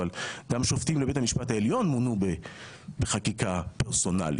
אבל גם שופטים לבית המשפט העליון מונו בחקיקה פרסונלית.